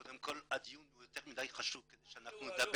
קודם כל הדיון הוא יותר מדי חשוב כדי שנדבר